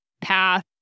path